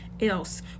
else